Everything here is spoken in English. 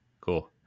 Cool